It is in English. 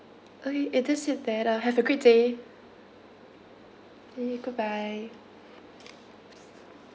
okay if this is that uh have a good day goodbye